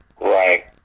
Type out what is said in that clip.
Right